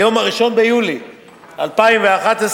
ליום 1 ביולי 2011,